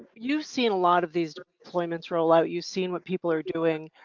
you've seen a lot of these deployments roll out, you've seen what people are doing.